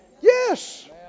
Yes